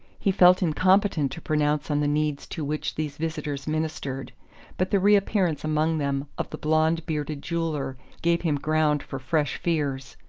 he felt incompetent to pronounce on the needs to which these visitors ministered but the reappearance among them of the blond-bearded jeweller gave him ground for fresh fears.